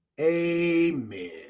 Amen